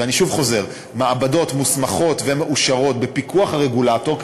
ואני שוב חוזר: מעבדות מוסמכות ומאושרות בפיקוח הרגולטור,